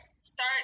start